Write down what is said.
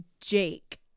Jake